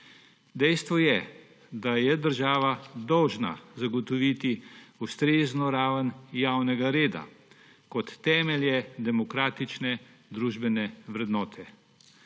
Dejstvo je, da je država dolžna zagotoviti ustrezno raven javnega reda kot temelj demokratične družbene vrednote.